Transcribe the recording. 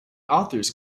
authors